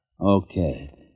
Okay